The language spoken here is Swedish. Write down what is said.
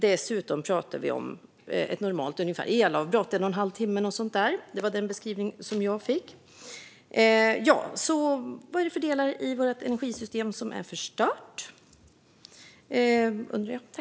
Dessutom pratar vi, enligt den beskrivning som jag fick, om ett normalt elavbrott på ungefär en och en halv timme. Jag undrar alltså vilka delar i vårt energisystem som är förstörda.